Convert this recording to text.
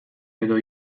edo